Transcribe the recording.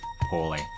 poorly